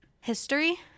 history